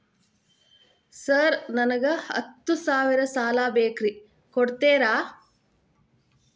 Sir ನನಗ ಹತ್ತು ಸಾವಿರ ಸಾಲ ಬೇಕ್ರಿ ಕೊಡುತ್ತೇರಾ?